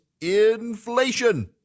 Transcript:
Inflation